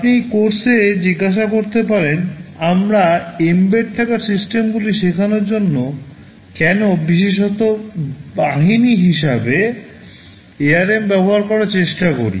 আপনি এই কোর্সে জিজ্ঞাসা করতে পারেন আমরা এম্বেড থাকা সিস্টেমগুলি শেখানোর জন্য কেন বিশেষত বাহিনী হিসাবে ARM ব্যবহার করার চেষ্টা করছি